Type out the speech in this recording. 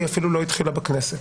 היא אפילו לא התחילה בכנסת.